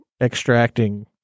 extracting